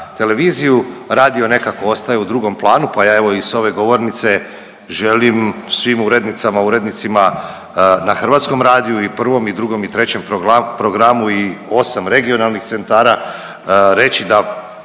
televiziju. Radio nekako ostaje u drugom planu pa ja evo i s ove govornice želim svim urednicama, urednicima na Hrvatskom radiju i 1. i 2. i 3. programu i 8 regionalnih centara, reći da